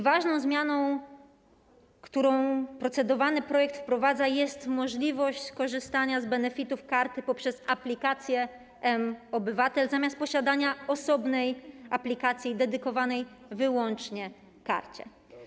Ważną zmianą, którą procedowany projekt wprowadza, jest możliwość korzystania z benefitów karty poprzez aplikację mObywatel, zamiast posiadania osobnej aplikacji dedykowanej wyłącznie karcie.